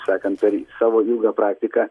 sakant per savo ilgą praktiką